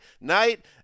night